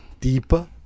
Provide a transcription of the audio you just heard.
deeper